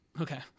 Okay